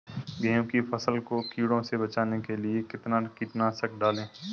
गेहूँ की फसल को कीड़ों से बचाने के लिए कितना कीटनाशक डालें?